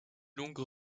longue